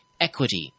equity